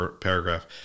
paragraph